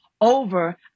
over